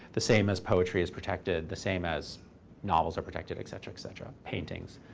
the same as poetry is protected, the same as novels are protected, et cetera, et cetera paintings.